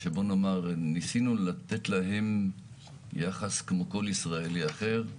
שבוא נאמר, ניסינו לתת להם יחס כמו כל ישראלי אחר.